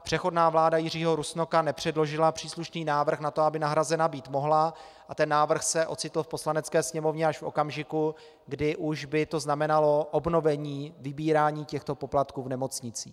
Přechodná vláda Jiřího Rusnoka nepředložila příslušný návrh na to, aby nahrazena být mohla, a ten návrh se ocitl v Poslanecké sněmovně až v okamžiku, kdy už by to znamenalo obnovení vybírání těchto poplatků v nemocnicích.